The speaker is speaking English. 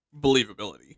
believability